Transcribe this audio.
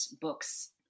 book's